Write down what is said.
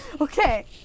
Okay